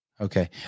Okay